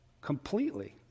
completely